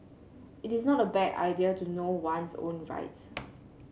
it is not a bad idea to know one's own rights